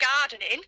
gardening